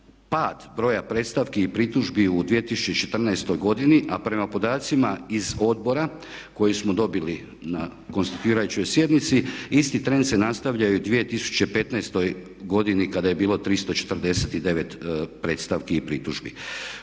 pad broja predstavki i pritužbi u 2014. godini, a prema podacima iz odbora koje smo dobili na konstituirajućoj sjednici isti trend se nastavlja i u 2015. godini kada je bilo 349 predstavki i pritužbi.